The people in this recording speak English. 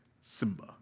Simba